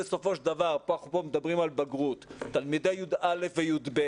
אפרופו בגרות, תלמידי י"א ו-י"ב